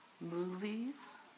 movies